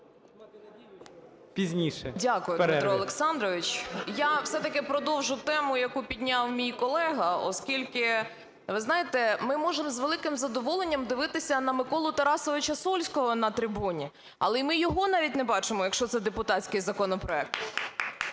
Дякую, Дмитре Олександровичу. Я все-таки продовжу тему, яку підняв мій колега, оскільки... Ви знаєте, ми можемо з великим задоволенням дивитись на Миколу Тарасовича Сольського на трибуні, але ми його навіть не бачимо, якщо це депутатський законопроект,